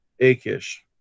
Achish